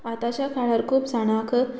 आतांच्या काळार खूब जाणांक